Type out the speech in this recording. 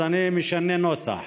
אז אני משנה נוסח: